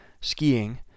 skiing